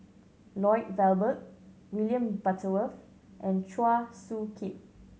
Lloyd Valberg William Butterworth and Chua Soo Khim